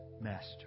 master